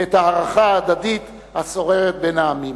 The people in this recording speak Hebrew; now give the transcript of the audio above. ואת ההערכה ההדדית השוררת בין העמים.